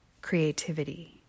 creativity